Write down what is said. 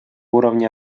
уровня